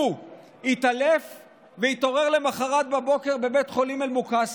הוא התעלף והתעורר למוחרת בבוקר בבית החולים אל-מקאסד.